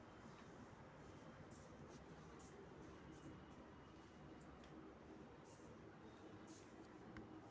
पैसे पाठवताना IFSC code का आवश्यक असतो?